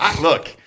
Look